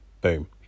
boom